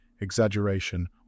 exaggeration